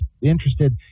interested